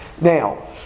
Now